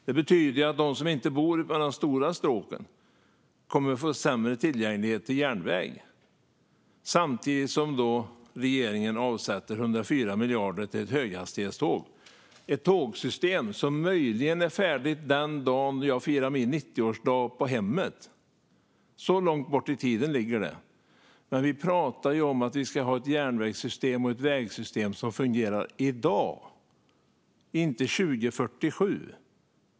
Det betyder att de som inte bor längs de stora stråken kommer att få sämre tillgänglighet till järnväg, samtidigt som regeringen avsätter 104 miljarder till höghastighetståg. Det är ett tågsystem som möjligen är färdigt den dag jag firar min 90-årsdag på hemmet. Så långt bort i tiden ligger det. Men vi behöver ju ha ett järnvägssystem och ett vägsystem som fungerar i dag, inte 2047.